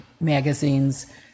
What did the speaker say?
magazines